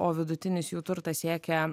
o vidutinis jų turtas siekia